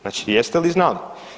Znači, jeste li znali?